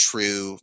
true